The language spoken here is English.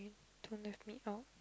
don't left me out